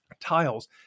tiles